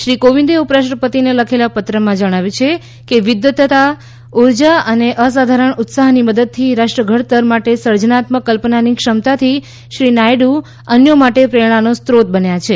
શ્રી કોવિંદે ઉપરાષ્ટ્રપતિને લખેલા પત્રમાં જણાવ્યું છે કે વિદ્વતા ઊર્જા અને અસાધારણ ઉત્સાહની મદદથી રાષ્ટ્ર ઘડતર માટે સર્જનાત્મક કલ્પનાની ક્ષમતાથી શ્રી નાયડુ અન્યો માટે પ્રેરણાનો સ્રોત બન્યા છે